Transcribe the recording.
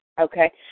okay